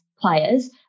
players